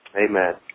Amen